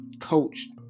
coached